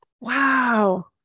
Wow